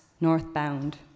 northbound